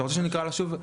אתה רוצה שאקרא לה שוב?